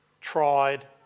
tried